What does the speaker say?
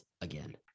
again